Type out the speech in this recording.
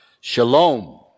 Shalom